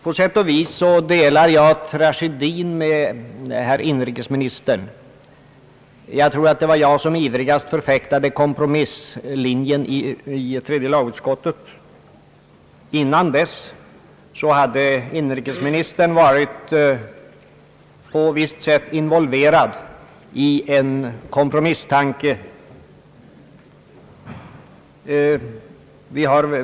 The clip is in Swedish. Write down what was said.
På sätt och vis delar jag tragedin med herr inrikesministern. Jag tror att det var jag som ivrigast förfäktade kompromisslinjen i tredje lagutskottet. Innan dess hade inrikesministern på ett visst sätt varit involverad i en kompromisstanke.